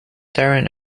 darren